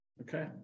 Okay